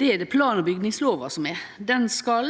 det er det plan- og bygningslova som er: «Den skal